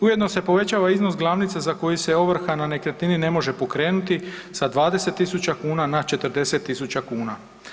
Ujedno se povećava iznos glavnice za koji se ovrha na nekretnini ne može pokrenuti sa 20.000 kuna na 40.000 kuna.